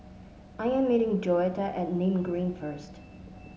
I am meeting Joetta at Nim Green first